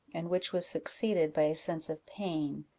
and which was succeeded by a sense of pain.